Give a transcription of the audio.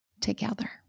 together